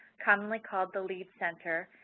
commonly called the lead center,